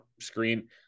screen